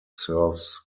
serves